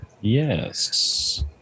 Yes